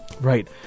Right